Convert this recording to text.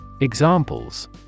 Examples